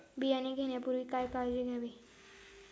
बियाणे घेण्यापूर्वी काय काळजी घ्यावी?